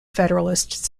federalist